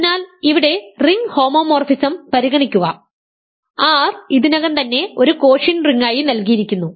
അതിനാൽ ഇവിടെ ring homomorphism പരിഗണിക്കുക R ഇതിനകം തന്നെ ഒരു കോഷ്യന്റ് റിംഗായി നൽകിയിരിക്കുന്നു